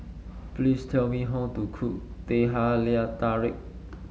please tell me how to cook Teh Halia Tarik